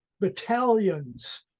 battalions